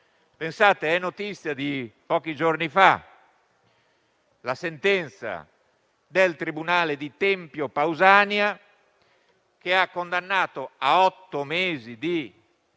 mesi. È notizia di pochi giorni fa la sentenza del tribunale di Tempio Pausania che ha condannato a otto mesi di